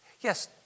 Yes